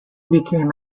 became